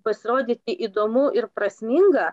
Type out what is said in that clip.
pasirodyti įdomu ir prasminga